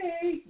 hey